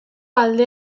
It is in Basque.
alde